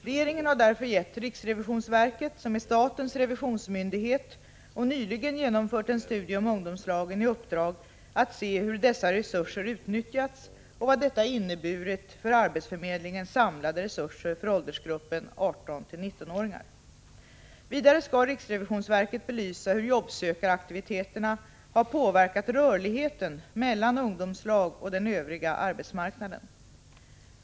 Regeringen har därför gett riksrevisionsverket, som är statens revisionsmyndighet och nyligen genomfört en studie om ungdomslagen, i uppdrag att se hur dessa resurser utnyttjats och vad detta inneburit för arbetsförmedlingens samlade resurser för åldersgruppen 18-19-åringar. Vidare skall riksrevisionsverket belysa hur jobbsökaraktiviteterna har påverkat rörligheten mellan ungdomslag och den övriga arbetsmarknaden.